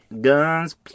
guns